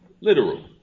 literal